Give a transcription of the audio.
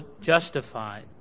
justified